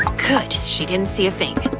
good, she didn't see a thing.